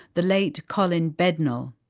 the late colin bednall.